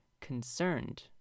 concerned